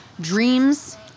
dreams